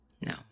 no